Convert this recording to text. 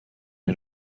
این